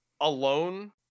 alone